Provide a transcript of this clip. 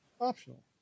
optional